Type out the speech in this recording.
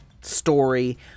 story